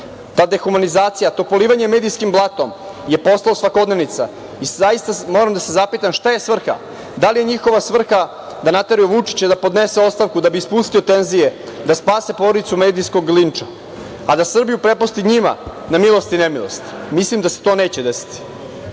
dehumanizacija, to polivanje medijskim blatom je postala svakodnevnica. Zaista moram da se zapitam šta je svrha? Da li je njihova svrha da nateraju Vučića da podnese ostavku da bi spustio tenzije, da spase porodicu medijskog linča, a da Srbiju prepusti njima na milost i nemilost? Mislim da se to neće desiti.